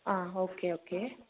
ah okay okay